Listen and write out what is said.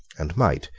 and might,